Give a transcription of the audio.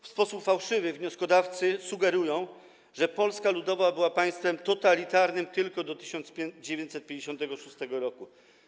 W sposób fałszywy wnioskodawcy sugerują, że Polska Ludowa była państwem totalitarnym tylko do 1956 r.